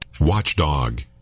Watchdog